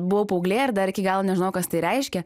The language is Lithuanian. buvau paauglė ir dar iki gal nežinojau kas tai reiškia